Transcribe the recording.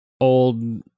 old